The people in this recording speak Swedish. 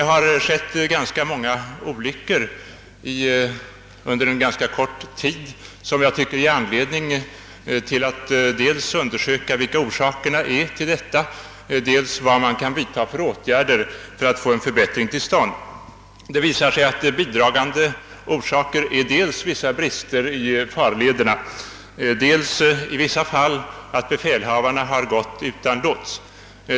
Det har skett ganska många olyckor under ganska kort tid, och jag tycker att det finns anledning dels att undersöka orsakerna härtill och dels att utreda vilka åtgärder som kan vidtas för att få en förbättring till stånd. Det har visat sig att bidragande orsaker till dessa olyckor har varit dels vissa brister i utformningen av farlederna och dels i vissa fall att befälhavarna inte anlitat lots.